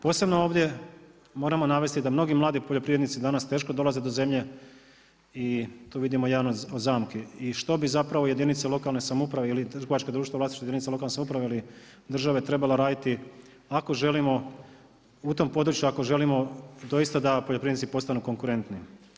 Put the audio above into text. Posebno ovdje moramo navesti da mnogi mladi poljoprivrednici danas teško dolaze do zemlje i tu vidimo jedan od zamki i što bi zapravo jedinica lokalne samouprave ili trgovačka društva u vlasništvu jedinica lokalne samouprave ili države trebala raditi u tom području ako želimo doista da poljoprivrednici postanu konkurentni.